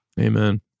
amen